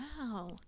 Wow